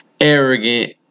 Arrogant